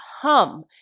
hum